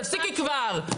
תפסיקי כבר.